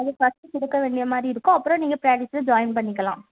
அது ஃபஸ்ட்டு கொடுக்க வேண்டிய மாதிரி இருக்கும் அப்புறம் நீங்கள் ப்ராக்டீஸில் ஜாயின் பண்ணிக்கலாம்